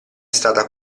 stata